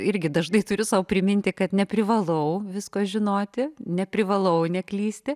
irgi dažnai turi sau priminti kad neprivalau visko žinoti neprivalau neklysti